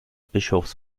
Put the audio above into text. bischofs